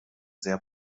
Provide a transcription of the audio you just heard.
sehr